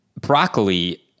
broccoli